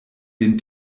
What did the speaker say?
den